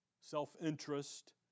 self-interest